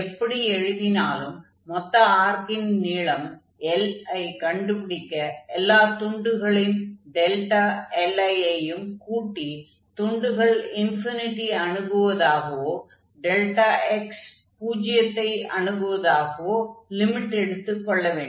எப்படி எழுதினாலும் மொத்த ஆர்க்கின் நீளம் L ஐ கண்டுபிடிக்க எல்லா துண்டுகளின் li ஐயும் கூட்டி துண்டுகள் இன்ஃபினிடியை அணுகுவதாகவோ டெல்டா எக்ஸ் பூஜ்யத்தை அணுகுவதாகவோ லிமிட் எடுத்துக் கொள்ள வேண்டும்